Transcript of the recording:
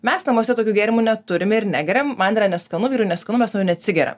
mes namuose tokių gėrimų neturime ir negeriam man yra neskanu vyrui neskanu mes nuo jų neatsigeriam